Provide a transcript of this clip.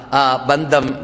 Bandam